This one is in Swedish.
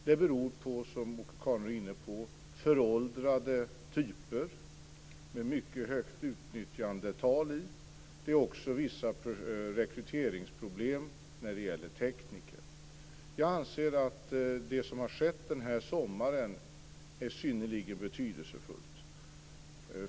Det beror på, som Åke Carnerö är inne på, föråldrade typer med ett mycket högt utnyttjandetal. Det är också vissa rekryteringsproblem när det gäller tekniker. Jag anser att det som har skett den här sommaren är synnerligen betydelsefullt.